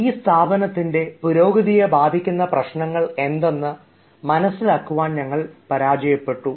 ഈ സ്ഥാപനത്തിൻറെ പുരോഗതിയെ ബാധിക്കുന്ന പ്രശ്നങ്ങൾ ഏതെന്ന് മനസ്സിലാക്കുവാൻ ഞങ്ങൾ പരാജയപ്പെട്ടു